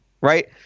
right